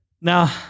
Now